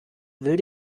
will